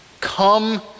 Come